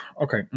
Okay